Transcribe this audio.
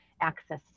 access